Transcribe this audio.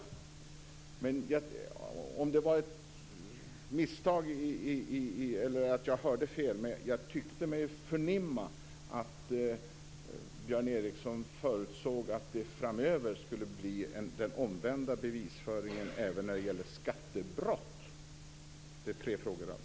Det kan vara ett misstag, och jag kan ha hört fel, men jag tyckte mig förnimma att Björn Ericson förutsåg att det framöver skulle bli en omvänd bevisföring även när det gäller skattebrott. Det var alltså tre frågor.